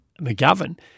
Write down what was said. McGovern